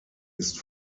ist